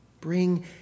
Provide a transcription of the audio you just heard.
Bring